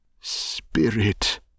Spirit